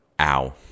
Ow